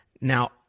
Now